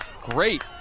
Great